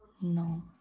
No